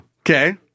Okay